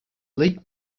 league